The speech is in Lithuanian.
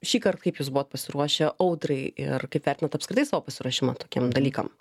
šįkart kaip jūs buvot pasiruošę audrai ir kaip vertinat apskritai savo pasiruošimą tokiem dalykam